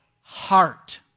heart